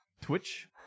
Twitch